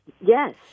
Yes